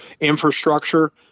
infrastructure